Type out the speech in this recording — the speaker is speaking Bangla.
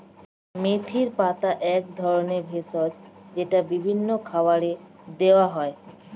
মেথির পাতা এক ধরনের ভেষজ যেটা বিভিন্ন খাবারে দেওয়া হয়